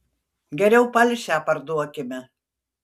geriau palšę parduokime